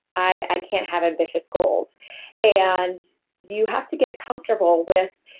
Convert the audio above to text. i can't have ambitious goals and you have to get comfortable with